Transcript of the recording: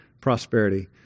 Prosperity